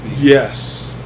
Yes